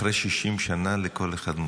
הלב שם, נכון?